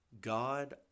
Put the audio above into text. God